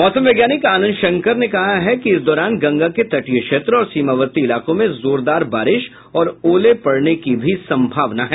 मौसम वैज्ञानिक आनंद शंकर ने कहा है कि इस दौरान गंगा के तटीय क्षेत्र और सीमावर्ती इलाकों में जोरदार बारिश और ओले पड़ने की भी संभावना है